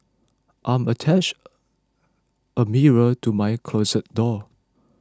I'm attached a mirror to my closet door